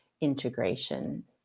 integration